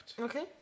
Okay